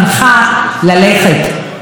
עבד אל חכים חאג' יחיא, בבקשה,